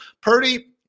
Purdy